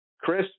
Chris